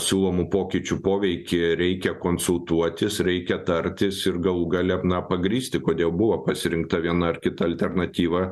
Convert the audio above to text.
siūlomų pokyčių poveikį reikia konsultuotis reikia tartis ir galų gale na pagrįsti kodėl buvo pasirinkta viena ar kita alternatyva